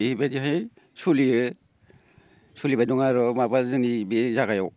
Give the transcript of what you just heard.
बिबादियै सलियो सलिबाय दं आर' माबा जोंनि बे जागायाव